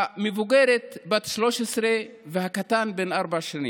המבוגרת בת 13 והקטן בן ארבע שנים.